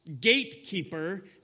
gatekeeper